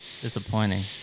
disappointing